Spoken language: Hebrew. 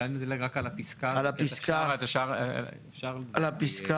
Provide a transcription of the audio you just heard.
אולי נדלג רק על הפסקה, ועל השאר אפשר להצביע.